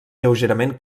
lleugerament